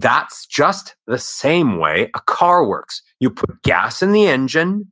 that's just the same way a car works. you put gas in the engine.